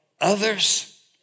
others